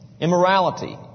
immorality